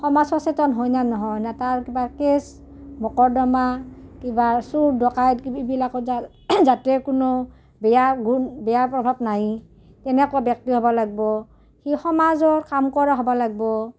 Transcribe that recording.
সমাজ সচেতন হয়নে নহয় নে তাৰ কিবা কেচ মোকৰ্দমা কিবা চুৰ ডকাইত এইবিলাকত যাতে কোনো বেয়া গুণ বেয়া প্ৰভাৱ নাই তেনেকুৱা ব্যক্তি হ'ব লাগব' সি সমাজৰ কাম কৰা হ'ব লাগব'